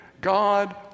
God